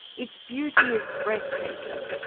its beauty is breathtaking.